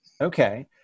Okay